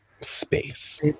space